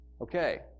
Okay